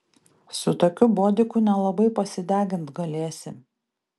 su tokiu bodiku nelabai pasidegint galėsi